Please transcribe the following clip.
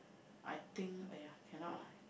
I think !aiya! cannot lah